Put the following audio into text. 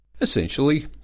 Essentially